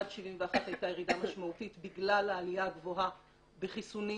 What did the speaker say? עד שנת 71 היתה ירידה משמעותית בגלל העלייה הגבוהה בחיסונים